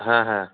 হ্যাঁ হ্যাঁ